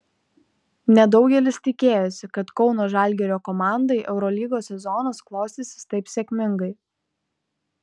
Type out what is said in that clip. nedaugelis tikėjosi kad kauno žalgirio komandai eurolygos sezonas klostysis taip sėkmingai